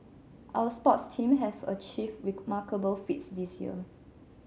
our sports teams have achieved remarkable feats this year